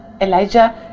Elijah